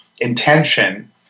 intention